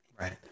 Right